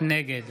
נגד